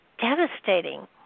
devastating